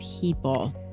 people